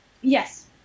yes